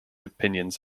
opinions